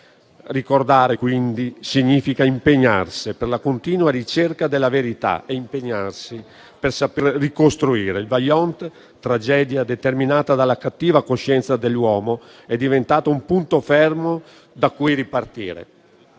Ricordare, quindi, significa impegnarsi per la continua ricerca della verità e impegnarsi per saper ricostruire il Vajont, tragedia determinata dalla cattiva coscienza dell'uomo e diventato un punto fermo da cui ripartire;